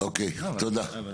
אוקיי, תודה.